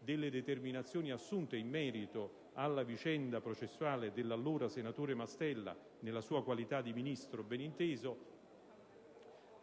delle determinazioni assunte in merito alla vicenda processuale dell'allora senatore Mastella - nella sua qualità di Ministro, beninteso